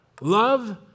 Love